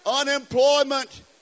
Unemployment